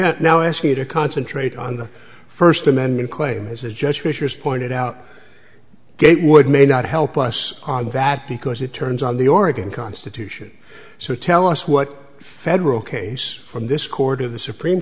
now ask me to concentrate on the first amendment claim as a judge fisher has pointed out gatewood may not help us on that because it turns on the oregon constitution so tell us what federal case from this court of the supreme